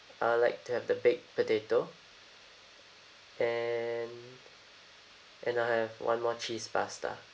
I would like to have the baked potato and and I'll have one more cheese pasta